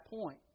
point